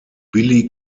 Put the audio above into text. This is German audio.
billy